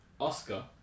Oscar